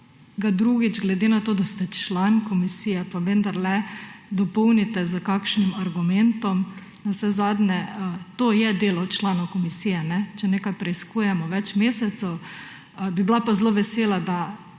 drugič, glede na to da ste član komisije, pa vendarle dopolnite s kakšnim argumentom. Navsezadnje to je delo članov komisije, če nekaj preiskujemo več mesecev. Bi bila pa zelo vesela, da